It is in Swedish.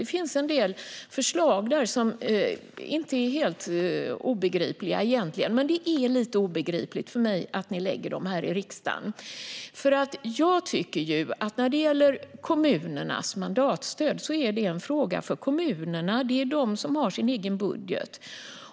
Det finns en del förslag där som egentligen inte är helt obegripliga. Men det är lite obegripligt för mig att ni lägger fram dem här i riksdagen. Jag tycker att kommunernas mandatstöd är en fråga för kommunerna. De har sin egen budget.